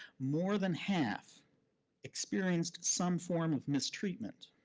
more than half experienced some form of mistreatment